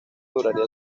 duraría